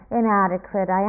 inadequate